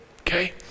okay